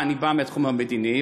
אני בא מהתחום המדיני,